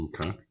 Okay